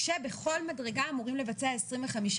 זה מחולק ביניהם, כאשר כל קבלן קיבל את המנה שלו.